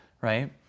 right